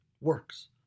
works